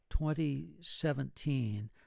2017